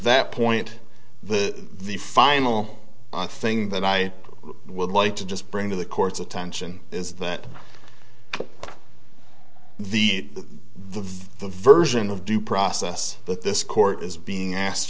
that point the the final thing that i would like to just bring to the court's attention is that the the version of due process that this court is being asked